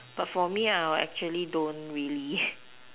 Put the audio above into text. but for me I will actually don't really